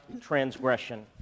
transgression